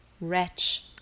Wretch